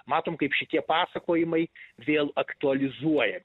matom kaip šitie pasakojimai vėl aktualizuoja